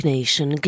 Nation